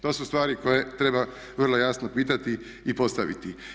To su stvari koje treba vrlo jasno pitati i postaviti.